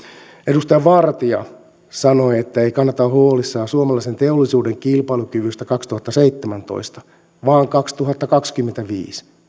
edustaja vartia sanoi että ei kannata olla huolissaan suomalaisen teollisuuden kilpailukyvystä vuonna kaksituhattaseitsemäntoista vaan vuonna kaksituhattakaksikymmentäviisi